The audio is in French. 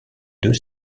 deux